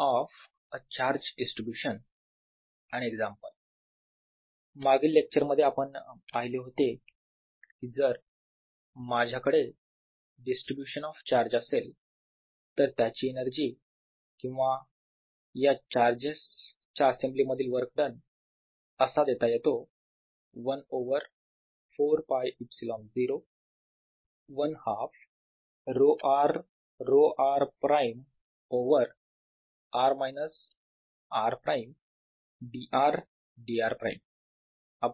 of a charge distribution II an example मागील lecture मध्ये आपण पहिले होते कि जर माझ्याकडे डिस्ट्रिब्युशन ऑफ चार्ज असेल तर त्याची एनर्जी किंवा या चार्जेस च्या असेम्ब्ली मधील वर्क डन असा देता येतो 1 over 4ㄫε0 1 half ρ r ρ r prime over r minus r prime d r d r prime